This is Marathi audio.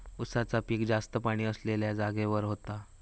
उसाचा पिक जास्त पाणी असलेल्या जागेवर होता